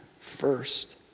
first